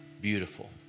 beautiful